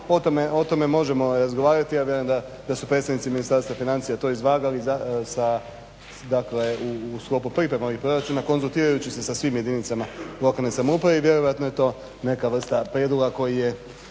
o tome možemo razgovarati. Ja vjerujem da su predstavnici Ministarstva financija to izvagali sa, dakle u sklopu priprema ovih proračuna konzultirajući se sa svim jedinicama lokalne samouprave i vjerojatno je to neka vrsta prijedloga koji je